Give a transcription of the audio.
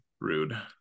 Rude